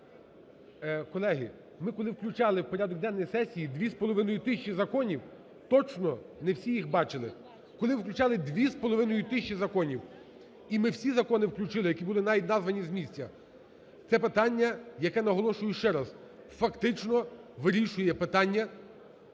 колеги, ми коли включали у порядок денний сесії 2,5 тисячі законів точно, не всі їх бачили, коли 2,5 тисячі закони і ми всі закони включили, які були навіть названі з місця. Це питання, яке наголошую ще раз, фактично вирішує питання